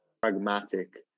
pragmatic